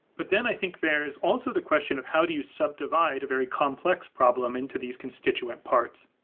but then i think there is also the question of how do you subdivide a very complex problem into these constituent parts.